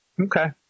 Okay